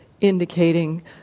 indicating